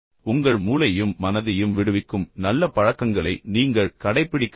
உங்கள் மூளையையும் மனதையும் விடுவிக்கும் நல்ல பழக்கங்களை நீங்கள் கடைப்பிடிக்க வேண்டும்